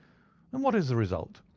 and what is the result?